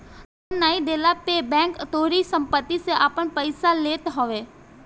loan नाइ देहला पे बैंक तोहारी सम्पत्ति से आपन पईसा लेत हवे